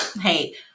hey